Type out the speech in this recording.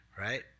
right